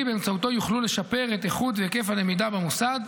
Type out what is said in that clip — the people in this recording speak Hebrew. שבאמצעותו יוכלו לשפר את איכות והיקף הלמידה במוסד,